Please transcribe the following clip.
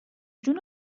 جون